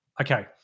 Okay